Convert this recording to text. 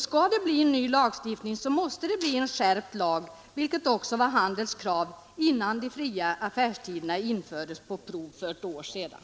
Skall det bli en ny lagstiftning, måste det bli en skärpt lag, vilket också var Handelsanställdas krav innan de fria affärstiderna infördes på prov för ett år sedan.